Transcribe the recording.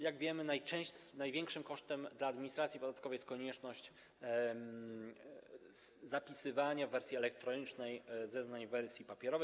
Jak wiemy, największym kosztem dla administracji podatkowej jest konieczność zapisywania w wersji elektronicznej zeznań w wersji papierowej.